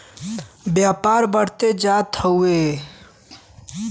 व्यापार बढ़ते जात हउवे